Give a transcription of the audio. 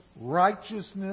righteousness